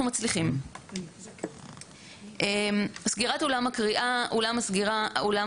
אנחנו מציעים שבתקנות יקבע העברה של סמכות החשיפה של כל החומר